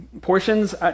Portions